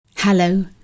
Hello